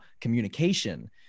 communication